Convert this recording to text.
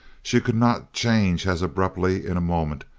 she could not change as abruptly in a moment,